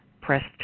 press